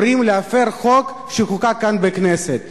קוראים להפר חוק שחוקק כאן בכנסת.